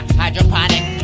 hydroponic